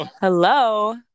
hello